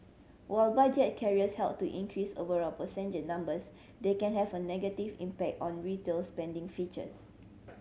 while budget carriers help to increase overall passenger numbers they can have a negative impact on retail spending features